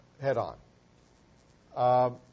head-on